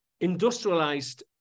industrialized